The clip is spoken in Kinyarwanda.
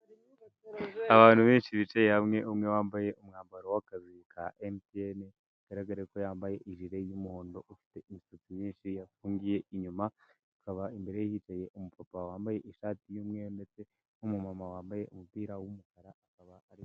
Abantu benshi bicaye hamwe, umwe wambaye umwambaro w'akazi ka emutiyeni bigaragare ko yambaye jire y'umuhondo. Afite imisatsi myinshi yafungiye inyuma akaba imbere ye hicaye umupapa wambaye ishati y'umweru ndetse n'umumama wambaye umupira wumukara akaba ari.